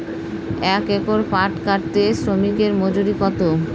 এক একর পাট কাটতে শ্রমিকের মজুরি কত?